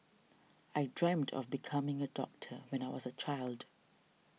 I dreamt of becoming a doctor when I was a child